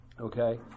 Okay